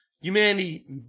humanity